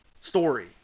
story